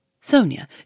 Sonia